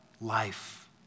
life